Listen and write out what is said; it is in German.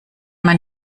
man